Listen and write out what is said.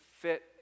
fit